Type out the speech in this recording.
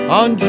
on